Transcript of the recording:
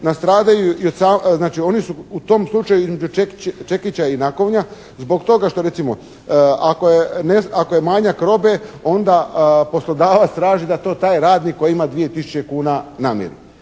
nastradaju i, znači oni su u tom slučaju između čekića i nakovnja zbog toga što recimo ako je manjak robe onda poslodavac traži da to taj radnik koji ima 2 tisuće kuna namiri.